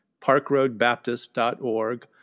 parkroadbaptist.org